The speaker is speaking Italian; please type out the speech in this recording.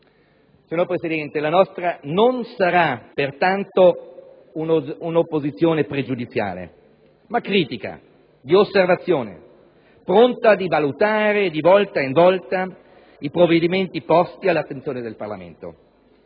Signor Presidente, la nostra non sarà pertanto un'opposizione pregiudiziale, ma critica, di osservazione, pronta a rivalutare di volta in volta i provvedimenti posti all'attenzione del Parlamento.